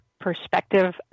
perspective